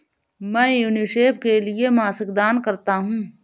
मैं यूनिसेफ के लिए मासिक दान करता हूं